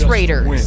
Raiders